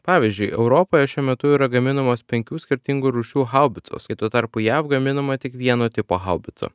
pavyzdžiui europoje šiuo metu yra gaminamos penkių skirtingų rūšių haubicos kai tuo tarpu jav gaminama tik vieno tipo haubica